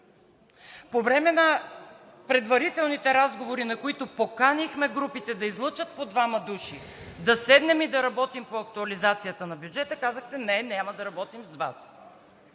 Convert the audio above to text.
По време на предварителните разговори, на които поканихме групите да излъчат по двама души, да седнем и да работим по актуализацията на бюджета, казахте: не, няма да работим с Вас.